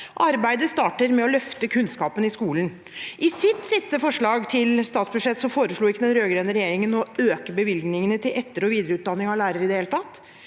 Arbeidet starter med å løfte kunnskapen i skolen. I sitt siste forslag til statsbudsjett foreslo den rødgrønne regjeringen ikke i det hele tatt å øke bevilgningene til etter- og videreutdanning av lærere.